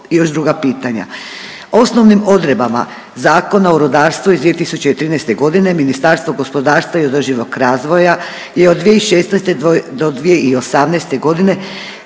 Osnovnim odredbama Zakona o rudarstvu iz 2013. g. Ministarstvo gospodarstva i održivoga razvoja je od 2016. do 2018. g.